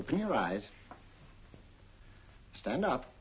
open your eyes stand up